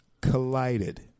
collided